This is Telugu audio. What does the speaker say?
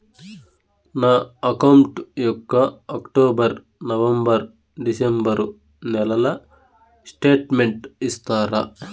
నా అకౌంట్ యొక్క అక్టోబర్, నవంబర్, డిసెంబరు నెలల స్టేట్మెంట్ ఇస్తారా?